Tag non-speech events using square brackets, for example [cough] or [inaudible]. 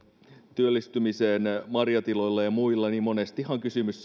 työllistymiseen marjatiloille ja ja muille niin monestihan kysymys [unintelligible]